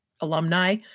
alumni